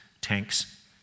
tanks